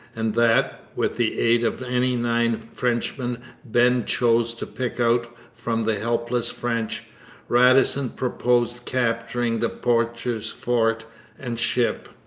and that, with the aid of any nine frenchmen ben chose to pick out from the helpless french radisson purposed capturing the poacher's fort and ship.